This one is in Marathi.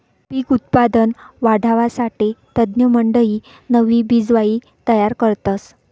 पिक उत्पादन वाढावासाठे तज्ञमंडयी नवी बिजवाई तयार करतस